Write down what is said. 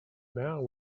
now